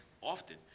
often